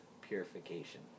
purification